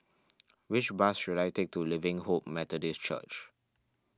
which bus should I take to Living Hope Methodist Church